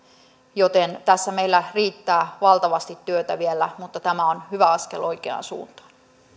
joten tässä meillä riittää valtavasti työtä vielä mutta tämä on hyvä askel oikeaan suuntaan